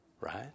right